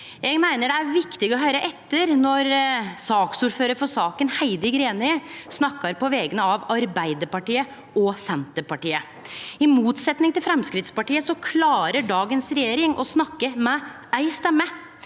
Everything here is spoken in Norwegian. Eg meiner det er viktig å høyre etter når saksordførar Heidi Greni snakkar på vegner av Arbeidarpartiet og Senterpartiet. I motsetning til Framstegspartiet klarer dagens regjering å snakke med ei røyst.